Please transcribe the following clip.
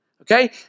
Okay